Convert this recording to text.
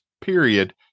period